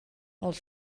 els